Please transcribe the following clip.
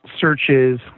searches